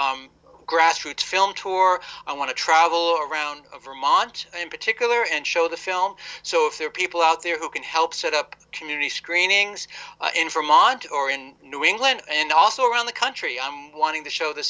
whole grassroots film tour i want to travel around vermont in particular and show the film so if there are people out there who can help set up community screenings in from ont or in new england and also around the country i'm wanting to show th